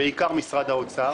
בעיקר על ידי משרד האוצר.